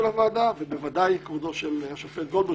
הוועדה ובוודאי על כבודו של השופט גולדברג,